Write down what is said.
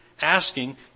asking